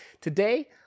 Today